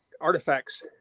artifacts